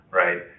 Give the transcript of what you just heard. right